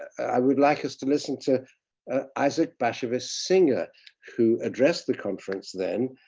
i would like us to listen to isaac bashevis singer who addressed the conference then,